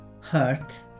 hurt